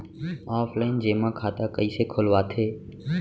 Offline जेमा खाता कइसे खोलवाथे?